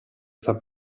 sta